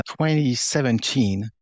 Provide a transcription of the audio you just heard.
2017